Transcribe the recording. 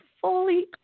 fully